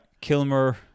Kilmer